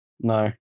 No